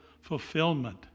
fulfillment